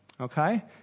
okay